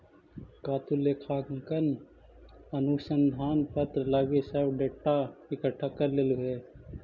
का तु लेखांकन अनुसंधान पत्र लागी सब डेटा इकठ्ठा कर लेलहुं हे?